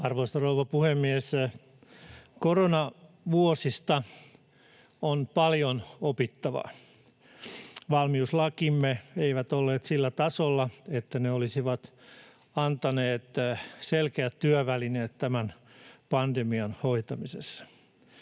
Arvoisa rouva puhemies! Koronavuosista on paljon opittavaa. Valmiuslakimme eivät olleet sillä tasolla, että ne olisivat antaneet selkeät työvälineet tämän pandemian hoitamiseen.